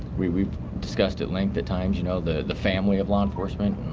we've discussed at length at times you know the the family of law enforcement.